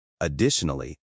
Additionally